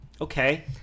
Okay